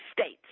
states